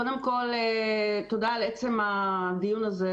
קודם כול תודה על עצם הדיון הזה,